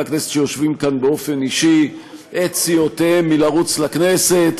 הכנסת שיושבים כאן באופן אישי או את סיעותיהם מלרוץ לכנסת.